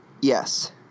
Yes